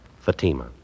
Fatima